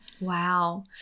Wow